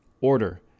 order